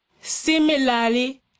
similarly